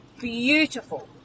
beautiful